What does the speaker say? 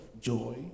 joy